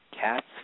Cats